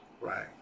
Right